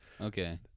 Okay